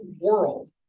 world